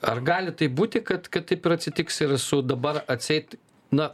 ar gali taip būti kad kad taip ir atsitiks ir su dabar atseit na